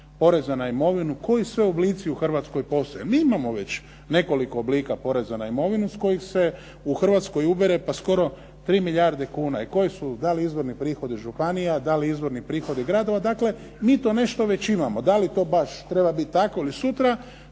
poreza na imovinu, koji sve oblici u Hrvatskoj postoje. Mi imamo već nekoliko oblika poreza na imovinu s kojih se u Hrvatskoj ubere pa skoro 3 milijarde kuna i koji su da li izvorni prihodi županija, da li izvorni prihodi gradova. Dakle, mi to nešto već imamo. Da li to baš treba biti tako ili sutra